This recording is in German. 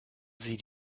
sie